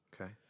Okay